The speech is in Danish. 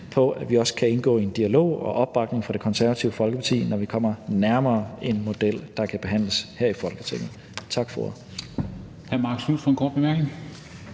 på, at vi også kan indgå i en dialog med og få opbakning fra Det Konservative Folkeparti, når vi kommer nærmere en model, der kan behandles i Folketinget. Tak for